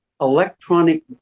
electronic